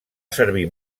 servir